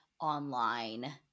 online